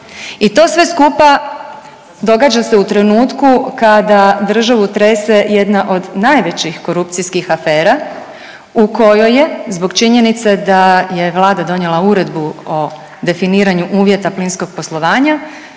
i to sve skupa događa se u trenutku kada državu trese jedna od najvećih korupcijskih afera u kojoj je, zbog činjenice da je Vlada donijela uredbu o definiranju uvjeta plinskog poslovanja